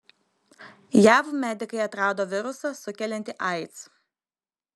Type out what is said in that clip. jav medikai atrado virusą sukeliantį aids